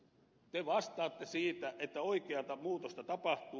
te vastaatte siitä että oikeata muutosta tapahtuu